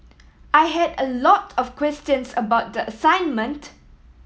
I had a lot of questions about the assignment